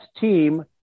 team